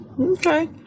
Okay